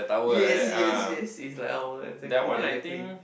yes yes yes it's like our exactly exactly